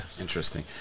Interesting